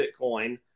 Bitcoin